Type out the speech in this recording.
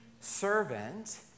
servant